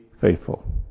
faithful